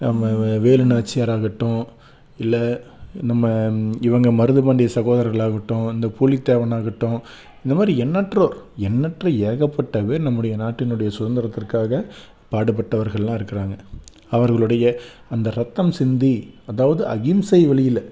வேலு நாச்சியார் ஆகட்டும் இல்லை நம்ம இவங்க மருது பாண்டிய சகோதரர்கள் ஆகட்டும் இந்த புலித்தேவன் ஆகட்டும் இந்த மாதிரி எண்ணற்றோர் எண்ணற்ற ஏகப்பட்ட பேர் நம்முடைய நாட்டினுடைய சுதந்திரத்திற்காக பாடுபட்டவர்கள்லாம் இருக்கிறாங்க அவர்களுடைய அந்த ரத்தம் சிந்தி அதாவது அகிம்சை வழியில